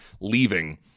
leaving